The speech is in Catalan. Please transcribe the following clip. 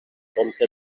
compte